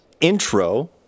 intro